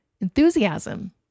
enthusiasm